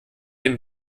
dem